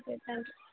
okay thank you